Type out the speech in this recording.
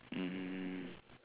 um